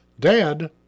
Dad